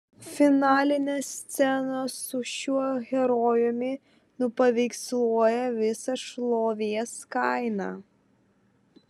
finalinės scenos su šiuo herojumi nupaveiksluoja visą šlovės kainą